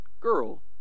girl